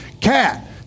cat